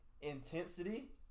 intensity